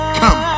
come